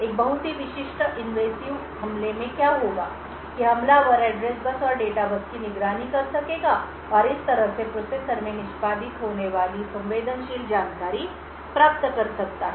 एक बहुत ही विशिष्ट इनवेसिव हमले में क्या होगा कि हमलावर एड्रेस बस और डेटा बस की निगरानी कर सकेगा और इस तरह से प्रोसेसर में निष्पादित होने वाली संवेदनशील जानकारी प्राप्त कर सकता है